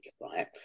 right